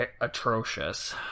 atrocious